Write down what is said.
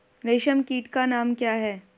रेशम कीट का नाम क्या है?